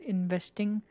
Investing